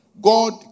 God